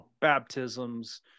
baptisms